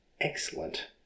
excellent